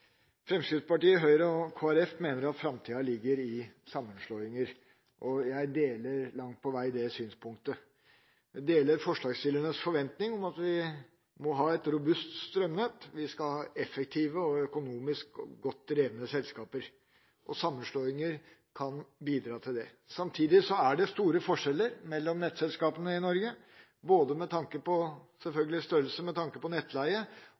Fremskrittspartiet, Høyre og Kristelig Folkeparti mener at framtida ligger i sammenslåinger, og jeg deler langt på vei det synspunktet. Jeg deler forslagsstillernes forventning om at vi må ha et robust strømnett, vi skal ha effektive og økonomisk godt drevne selskaper, og sammenslåinger kan bidra til det. Samtidig er det store forskjeller mellom nettselskapene i Norge både med tanke på størrelse, med tanke på nettleie